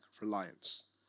reliance